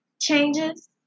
changes